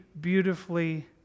beautifully